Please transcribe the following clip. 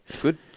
Good